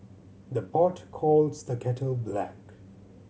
the pot calls the kettle black